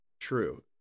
true